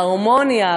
ההרמוניה,